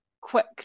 quick